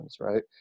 right